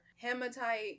hematite